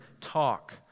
talk